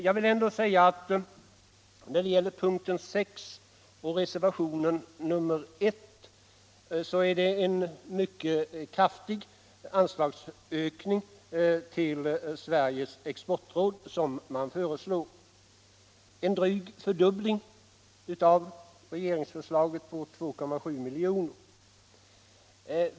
Jag vill ändå när det gäller punkten 6 och reservationen 1 säga att det är en mycket kraftig anslagsökning till Sveriges exportråd som reservanterna föreslår — en dryg fördubbling av regeringsförslaget på 2,7 milj.kr.